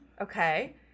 Okay